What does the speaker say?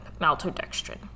maltodextrin